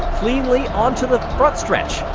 cleanly on to the front stretch,